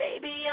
Baby